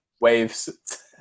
waves